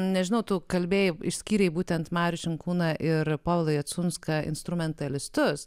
nežinau tų kalbėjimų išskyrė būtent marių šinkūną ir paulą jacunską instrumentalistus